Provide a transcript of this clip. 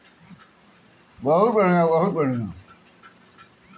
लेखाकरण के कला अउरी विज्ञान दूनो के भीतर रखल गईल बाटे